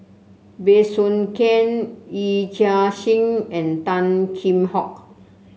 Bey Soo Khiang Yee Chia Hsing and Tan Kheam Hock